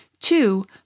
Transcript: Two